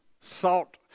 Salt